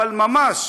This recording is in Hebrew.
אבל ממש,